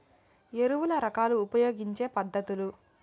ఎరువుల రకాలు ఉపయోగించే పద్ధతులు?